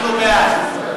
אנחנו בעד.